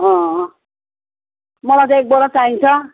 मलाई त एक बोरा चाहिन्छ